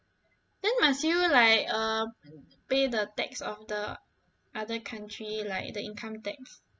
then must you like uh pay the tax of the other country like the income tax